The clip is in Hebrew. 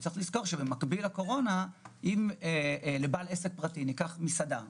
עסק פרטי, נניח בעל מסעדה,